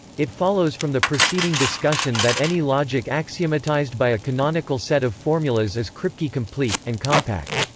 it follows from the preceding discussion that any logic axiomatized by a canonical set of formulas is kripke complete, and compact.